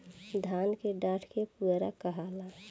धान के डाठ के पुआरा कहाला